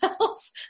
else